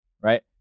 Right